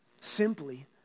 simply